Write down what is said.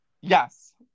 Yes